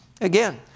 again